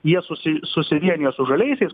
jie susi susivienijo su žaliaisiais